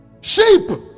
sheep